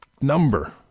number